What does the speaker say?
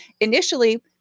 initially